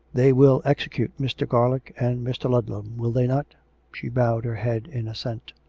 they will execute mr. garlick and mr. ludlam, will they not she bowed her head in assent.